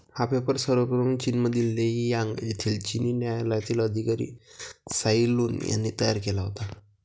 हा पेपर सर्वप्रथम चीनमधील लेई यांग येथील चिनी न्यायालयातील अधिकारी त्साई लुन यांनी तयार केला होता